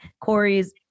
Corey's